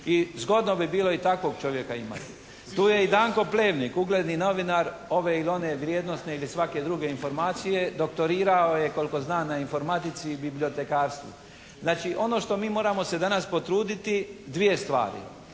I zgodno bi bilo i takvog čovjeka imati. Tu je i Danko Plemnik, ugledni novinar ove ili one vrijednosne ili svake druge informacije. Doktorirao je koliko znam na informatici i bibliotekarstvu. Znači ono što mi moramo se danas potruditi dvoje stvari.